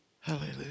Hallelujah